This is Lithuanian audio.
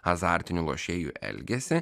azartinių lošėjų elgesį